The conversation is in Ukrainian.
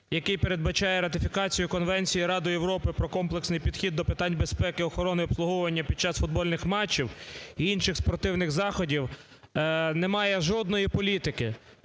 який передбачає ратифікацію Конвенції Ради Європи про комплексний підхід до питань безпеки, охорони та обслуговування під час футбольних матчів і інших спортивних заходів, не має жодної політики.